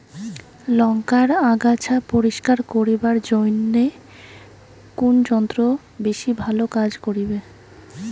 লংকার আগাছা পরিস্কার করিবার জইন্যে কুন যন্ত্র বেশি ভালো কাজ করিবে?